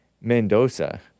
Mendoza